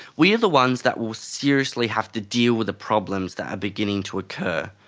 we are the ones that will seriously have to deal with the problems that are beginning to occur.